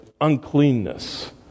uncleanness